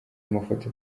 amafoto